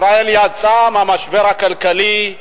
ישראל יצאה מהמשבר הכלכלי.